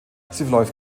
verläuft